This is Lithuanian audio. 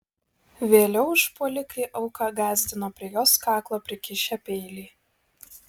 vėliau užpuolikai auką gąsdino prie jos kaklo prikišę peilį